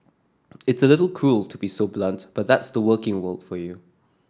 it's a little cruel to be so blunt but that's the working world for you